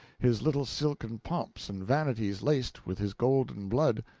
his little silken pomps and vanities laced with his golden blood.